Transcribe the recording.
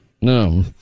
No